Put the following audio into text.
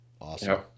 awesome